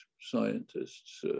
scientists